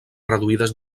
reduïdes